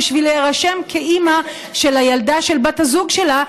בשביל להירשם כאימא של הילדה של בת הזוג שלה,